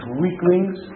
weaklings